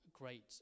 great